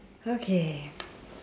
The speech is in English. okay